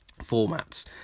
formats